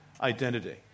identity